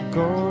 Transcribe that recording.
go